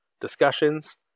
discussions